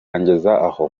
aho